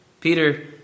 Peter